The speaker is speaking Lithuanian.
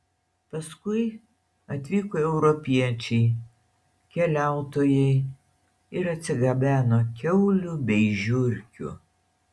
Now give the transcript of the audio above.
paskui atvyko europiečiai keliautojai ir atsigabeno kiaulių bei žiurkių